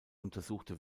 untersuchte